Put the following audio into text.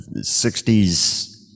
60s